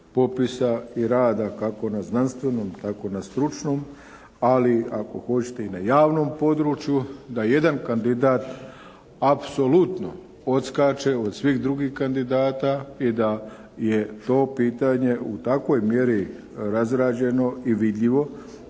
popisa i rada kako na znanstvenom, tako na stručnom ali ako hoćete i na javnom području da jedan kandidat apsolutno odskače od svih drugih kandidata i da je to pitanje u takvoj mjeri razrađeno i vidljivo